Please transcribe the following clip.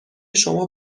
شما